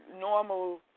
normal